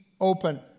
open